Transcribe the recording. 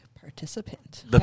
participant